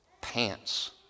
pants